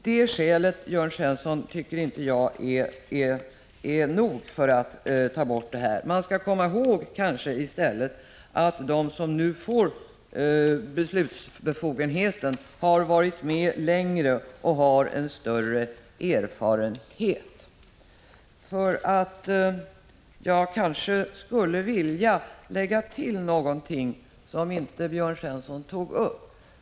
Det skälet, Jörn Svensson, tycker jag inte är nog för att man skall gå emot förslaget. Man skall kanske i stället komma ihåg att de som nu får beslutsbefogenheten har varit med längre och har en större erfarenhet. Jag skulle vilja lägga till något som Jörn Svensson inte tog upp.